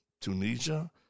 Tunisia